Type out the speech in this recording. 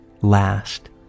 last